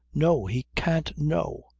no. he can't know.